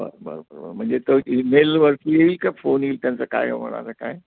बरं बरं बरं बरं म्हणजे तो इमेलवरती येईल का फोन येईल त्यांचं काय होणार आहे काय